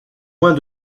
moins